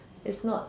it's not